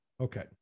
Okay